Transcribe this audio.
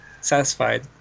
satisfied